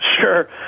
Sure